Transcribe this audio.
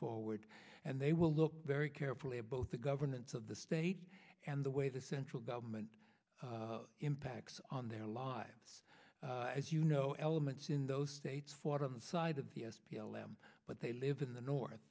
forward and they will look very carefully at both the governance of the state and the way the central government impacts on their lives as you know elements in those states fought on the side of the s p l em but they live in the north